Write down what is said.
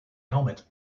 helmet